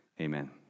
Amen